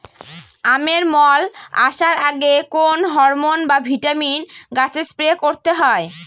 আমের মোল আসার আগে কোন হরমন বা ভিটামিন গাছে স্প্রে করতে হয়?